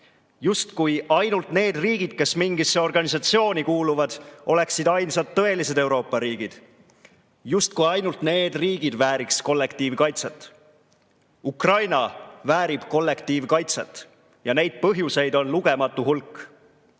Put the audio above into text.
oleksid ainult need riigid, kes mingisse organisatsiooni kuuluvad, ainsad tõelised Euroopa riigid, justkui ainult need riigid vääriks kollektiivkaitset. Ukraina väärib kollektiivkaitset ja neid põhjuseid on lugematu hulk.